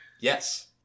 Yes